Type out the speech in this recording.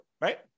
right